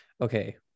okay